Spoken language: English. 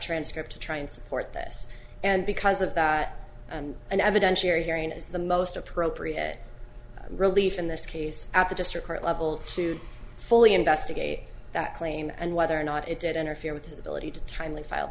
transcript to try and support this and because of that an evidentiary hearing is the most appropriate relief in this case at the district court level to fully investigate that claim and whether or not it did interfere with his ability to timely filed